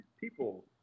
people